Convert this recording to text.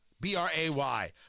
B-R-A-Y